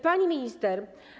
Pani Minister!